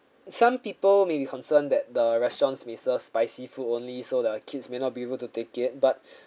some people may be concerned that the restaurant's may serve spicy food only so the kids may not be able to take it but uh